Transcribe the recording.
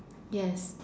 yes